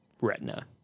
retina